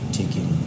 taking